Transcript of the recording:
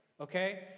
Okay